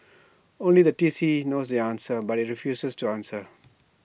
only the T C knows the answer but IT refuses to answer